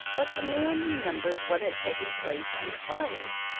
but the man remembered what had taken place on the fire,